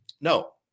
No